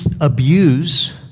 abuse